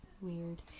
weird